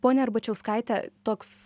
ponia arbačiauskaite toks